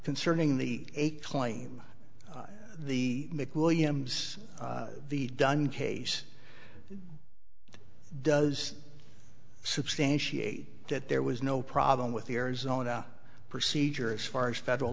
concerning the claim the mcwilliams the dunn case does substantiate that there was no problem with the arizona procedure as far as federal